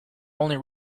only